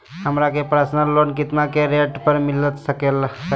हमरा के personal loan कितना के रेट पर मिलता सके ला?